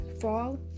fall